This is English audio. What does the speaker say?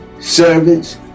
servants